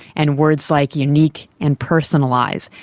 and words like unique and personalise,